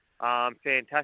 fantastic